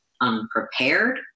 unprepared